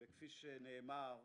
וכפי שנאמר,